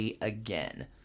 again